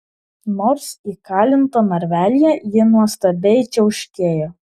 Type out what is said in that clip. nors įkalinta narvelyje ji nuostabiai čiauškėjo